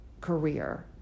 career